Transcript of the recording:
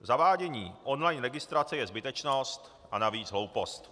Zavádění online registrace je zbytečnost a navíc hloupost.